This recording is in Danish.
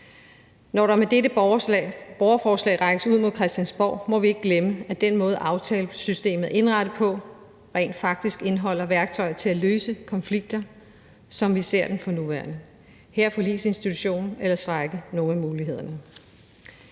Når der med dette borgerforslag rækkes ud mod Christiansborg, må vi ikke glemme, at den måde, aftalesystemet er indrettet på, rent faktisk indeholder værktøjer til at løse konflikter som den, vi ser for nuværende. Her er Forligsinstitutionen eller strejke nogle af mulighederne.